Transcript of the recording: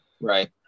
Right